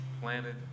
planted